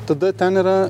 tada ten yra